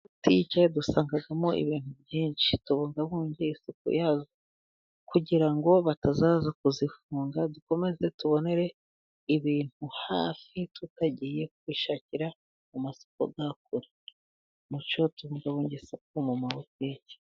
Butike dusangamo ibintu byinshi tubungabunge iyo suku yazo kugira ngo batazaza kuzifunga, dukomeze tubonere ibintu hafi tutagiye kubishakira mu masoko ya kure, mucyo tubungabunge isuku mu mabutike.